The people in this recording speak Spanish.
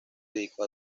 dedicó